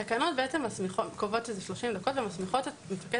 התקנות בעצם קובעות 30 דקות ומסמיכות את מפקד